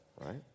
right